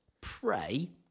pray